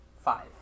Five